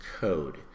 code